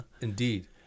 Indeed